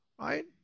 right